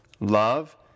love